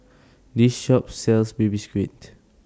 This Shop sells Baby Squid